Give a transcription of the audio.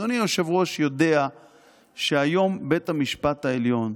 אדוני היושב-ראש יודע שהיום בית המשפט העליון,